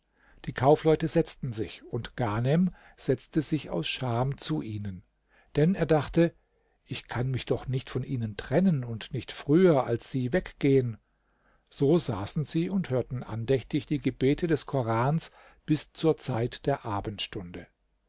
die kaufleute setzten sich und ghanem setzte sich aus scham zu ihnen denn er dachte ich kann mich doch nicht von ihnen trennen und nicht früher als sie weggehen so saßen sie und hörten andächtig die gebete des korans bis zur zeit der abendstunde